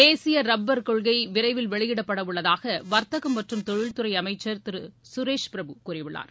தேசிய ரப்பர் கொள்கை விரைவில் வெளியிடப்பட உள்ளதாக வர்த்தக மற்றும் தொழில்துறை அமைச்சர் திரு சுரேஷ் பிரபு கூறியுள்ளார்